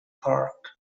park